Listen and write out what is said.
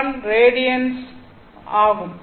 2441 radians ஆகும்